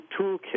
toolkit